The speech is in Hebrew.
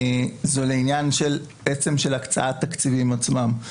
לעצם הקצאת התקציבים עצמם.